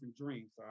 dreams